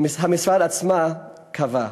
המשרד עצמו קבע.